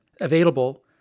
available